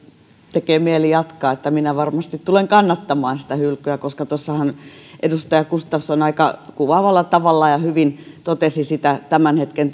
tekee mieli jatkaa että minä varmasti tulen kannattamaan sitä hylkyä koska tuossahan edustaja gustafsson aika kuvaavalla tavalla ja hyvin totesi tämän hetken